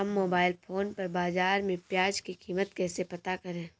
हम mobile phone पर बाज़ार में प्याज़ की कीमत कैसे पता करें?